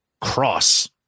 cross